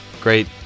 great